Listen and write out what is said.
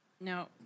Now